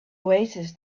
oasis